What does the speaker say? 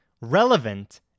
relevant